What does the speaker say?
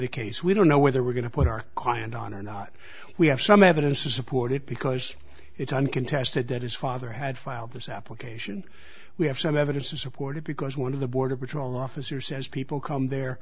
the case we don't know whether we're going to put our client on or not we have some evidence to support it because it's uncontested that his father had filed this application we have some evidence to support it because one of the border patrol officer says people come there